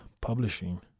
Publishing